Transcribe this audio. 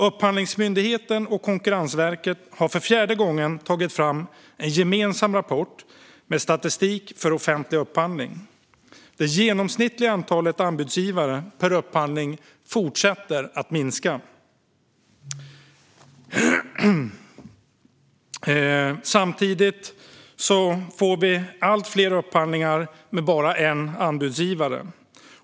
Upphandlingsmyndigheten och Konkurrensverket har för fjärde gången tagit fram en gemensam rapport med statistik för offentlig upphandling. Det genomsnittliga antalet anbudsgivare per upphandling fortsätter att minska, samtidigt som vi får allt fler upphandlingar med bara en anbudsgivare.